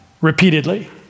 repeatedly